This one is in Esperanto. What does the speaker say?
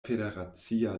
federacia